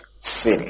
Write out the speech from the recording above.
Sin